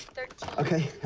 thirteen okay.